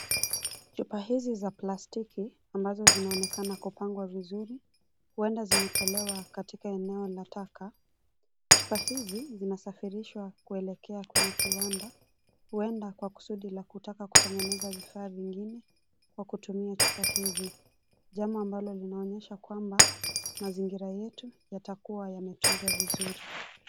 Chupa hizi za plastiki, ambazo zinaonekana kupangwa vizuri, huenda zimetolewa katika eneo la taka. Chupa hizi zinasafirishwa kuelekea kwenye kiwanda, huenda kwa kusudi la kutaka kutengeneza vifaa vingine kwa kutumia chupa hizi. Jambo ambalo linaonyesha kwamba mazingira yetu yatakuwa yametunzwa vizuri.